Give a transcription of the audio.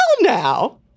now